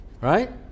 right